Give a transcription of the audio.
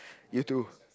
you too